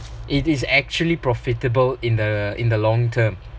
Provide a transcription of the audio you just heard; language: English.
it is actually profitable in the in the long term